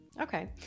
Okay